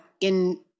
in-